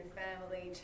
family